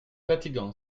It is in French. fatigant